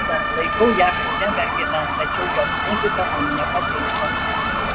laikau ją šaunia mergina tačiau jos muzika man nepatinka